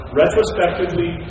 retrospectively